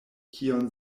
kion